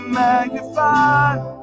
magnified